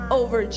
over